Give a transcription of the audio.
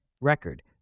record